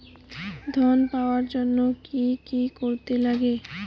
ঋণ পাওয়ার জন্য কি কি করতে লাগে?